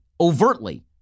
overtly